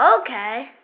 Okay